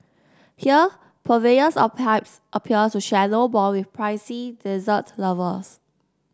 here purveyors of pipes appear to share no bond with prissy dessert lovers